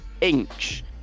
Inch